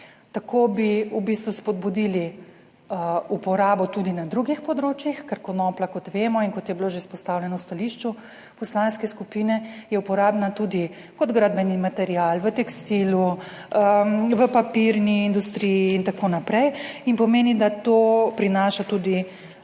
bistvu spodbudili uporabo tudi na drugih področjih, ker konoplja, kot vemo in kot je bilo že izpostavljeno v stališču poslanske skupine, je uporabna tudi kot gradbeni material, v tekstilu, v papirni industriji in tako naprej, in pomeni, da to prinaša tudi nove